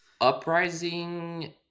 Uprising